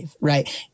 right